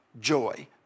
joy